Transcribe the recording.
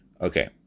Okay